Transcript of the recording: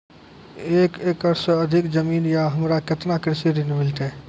एक एकरऽ से अधिक जमीन या हमरा केतना कृषि ऋण मिलते?